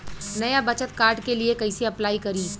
नया बचत कार्ड के लिए कइसे अपलाई करी?